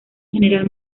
general